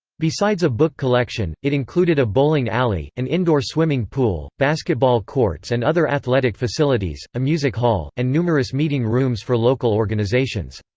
besides a book collection, it included a bowling alley, an indoor swimming pool, basketball courts and other athletic facilities, a music hall, and numerous meeting rooms for local organizations.